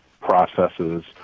processes